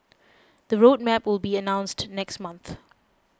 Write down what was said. the road map will be announced next month